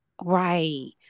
right